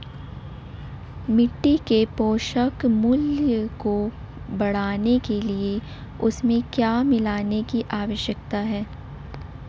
मिट्टी के पोषक मूल्य को बढ़ाने के लिए उसमें क्या मिलाने की आवश्यकता है?